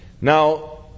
Now